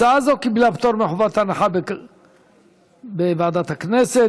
הצעה זו קיבלה פטור מחובת הנחה בוועדת הכנסת.